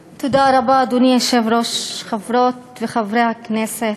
אדוני היושב-ראש, תודה רבה, חברות וחברי הכנסת,